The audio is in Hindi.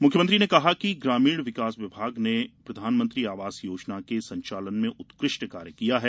मुख्यमंत्री ने कहा कि ग्रामीण विकास विभाग ने प्रधानमंत्री आवास योजना के संचालन में उत्कृष्ट कार्य किया गया है